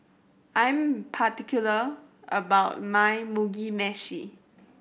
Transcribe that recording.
I'm particular about my Mugi Meshi